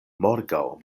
morgaŭ